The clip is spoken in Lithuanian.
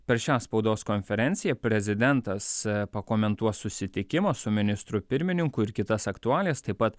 per šią spaudos konferenciją prezidentas pakomentuos susitikimą su ministru pirmininku ir kitas aktualijas taip pat